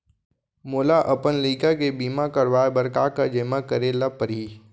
मोला अपन लइका के बीमा करवाए बर का का जेमा करे ल परही?